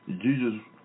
Jesus